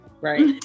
Right